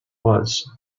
was